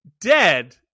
Dead